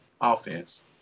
offense